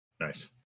Nice